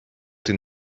den